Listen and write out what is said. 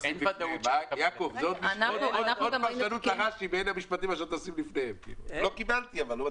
כל הפרשנות רש"י לא קיבלתי את המלפפון.